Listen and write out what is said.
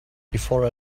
before